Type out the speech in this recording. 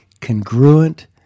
congruent